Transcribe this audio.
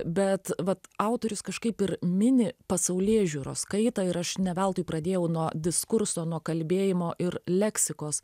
bet vat autorius kažkaip ir mini pasaulėžiūros kaitą ir aš ne veltui pradėjau nuo diskurso nuo kalbėjimo ir leksikos